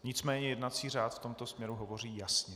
Nicméně jednací řád v tomto směru hovoří jasně.